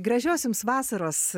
gražios jums vasaros